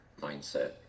mindset